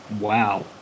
Wow